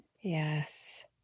Yes